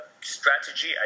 strategy